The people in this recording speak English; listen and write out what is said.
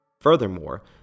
Furthermore